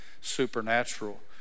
supernatural